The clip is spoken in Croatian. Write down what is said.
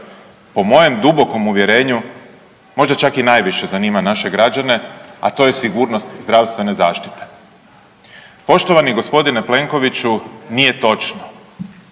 po mojem dubokom uvjerenju možda čak i najviše zanima naše građane, a to je sigurnost zdravstvene zaštite. Poštovani gospodine Plenkoviću nije točno,